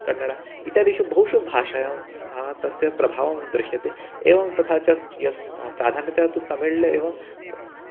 कन्नड इत्यादिषु बहुषु भाषायां ह तस्य प्रभावः दृश्यते एवं तथा च प्राधान्यतया तु तमिळ् एवं